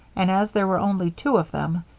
and, as there were only two of them,